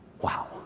Wow